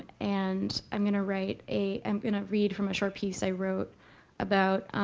and i'm going to write a i'm going to read from a short piece i wrote about